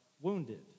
wounded